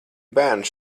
bērns